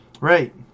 Right